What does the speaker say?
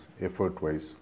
effort-wise